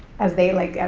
as they like, ah